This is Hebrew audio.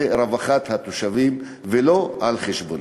לרווחת התושבים ולא על חשבונם?